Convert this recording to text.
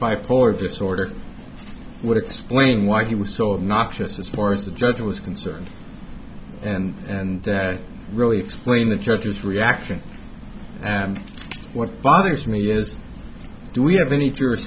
bipolar disorder would explain why he was so noxious as far as the judge was concerned and really explain the charges reaction and what bothers me is do we have any jur